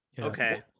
Okay